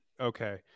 okay